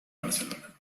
barcelona